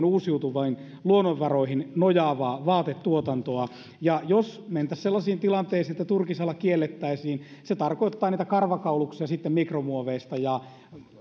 uusiutuviin luonnonvaroihin nojaavaa vaatetuotantoa jos mentäisiin sellaisiin tilanteisiin että turkisala kiellettäisiin se tarkoittaa että niitä karvakauluksia sitten valmistetaan mikromuoveista ja